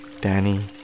Danny